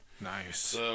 Nice